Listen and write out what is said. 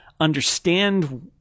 understand